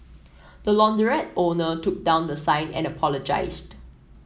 the launderette owner took down the sign and apologised